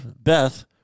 Beth